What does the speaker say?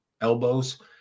elbows